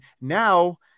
Now